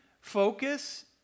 focus